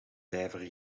vijver